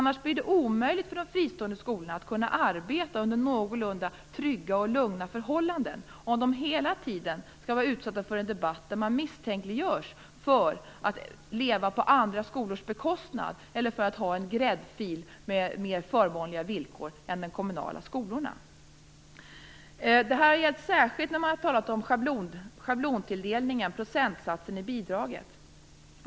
Det blir omöjligt för de fristående skolorna att arbeta under någorlunda trygga och lugna förhållanden om de hela tiden skall vara utsatta för en debatt där de misstänks för att leva på andra skolors bekostnad eller ha en gräddfil med mer förmånliga villkor än de kommunala skolorna. Detta gäller särskilt när man talat om schablontilldelningen, procentsatsen i bidragen.